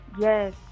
Yes